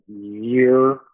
year